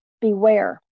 beware